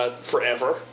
forever